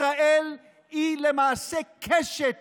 ישראל היא למעשה קשת